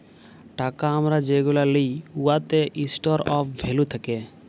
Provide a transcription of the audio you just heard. টাকা আমরা যেগুলা লিই উয়াতে ইস্টর অফ ভ্যালু থ্যাকে